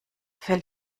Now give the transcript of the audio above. fällt